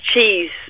cheese